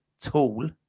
tool